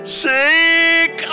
sick